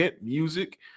music